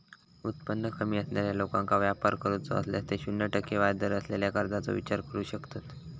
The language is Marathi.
उत्पन्न कमी असणाऱ्या लोकांका व्यापार करूचो असल्यास ते शून्य टक्के व्याजदर असलेल्या कर्जाचो विचार करू शकतत